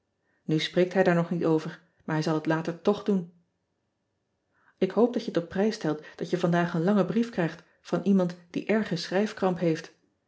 u spreekt hij daar nog niet over maar hij zal het later toch doen k hoop dat je het op prijs stelt dat je vandaag een langen brief krijgt van iemand die erge schrijfkramp heeft